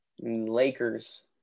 Lakers